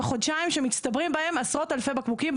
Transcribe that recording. בחודשיים שמצטברים בהם עשרות אלפי בקבוקים,